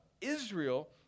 Israel